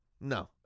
no